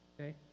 okay